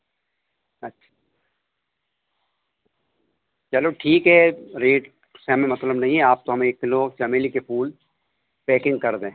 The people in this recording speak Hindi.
अच्छा चलो ठीक है रेट से हमें मतलब नहीं है आप तो हमें एक किलो चमेली के फूल पैकिंग कर दें